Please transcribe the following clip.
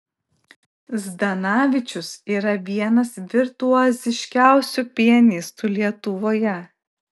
zdanavičius yra vienas virtuoziškiausių pianistų lietuvoje